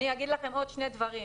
אני אומר לכם עוד שני דברים.